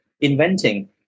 inventing